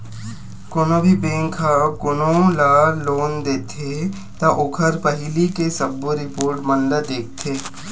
कोनो भी बेंक ह कोनो ल लोन देथे त ओखर पहिली के सबो रिपोट मन ल देखथे